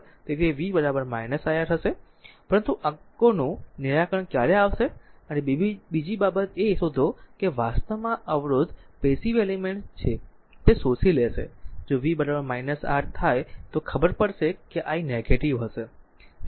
તેથી તે v iR હશે પરંતુ અંકોનું નિરાકરણ ક્યારે આવશે અને બીજી બાબત એ શોધો કે વાસ્તવમાં અવરોધ પેસીવ એલિમેન્ટ છે તે શોષી લેશે જો v R થાય તો ખબર પડશે કે i નેગેટીવ હશે